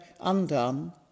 undone